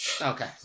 okay